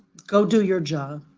go do your job.